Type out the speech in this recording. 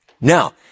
Now